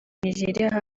nigeriya